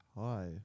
Hi